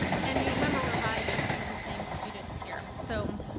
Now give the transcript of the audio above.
and you remember, we're vying for some of the same students here. so,